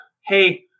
Hey